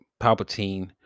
Palpatine